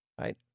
right